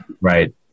Right